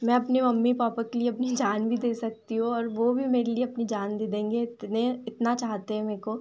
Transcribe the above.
मैं अपने mummy papa के लिए अपनी जान भी दे सकती हूँ और वे भी मेरे लिए अपनी जान दे देंगे इतने इतना चाहते हैं मे को